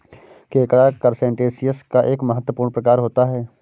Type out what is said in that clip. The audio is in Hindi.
केकड़ा करसटेशिंयस का एक महत्वपूर्ण प्रकार होता है